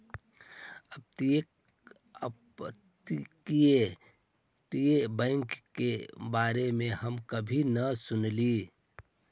अपतटीय बैंक के बारे में हम पहले कभी न सुनली